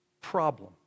problem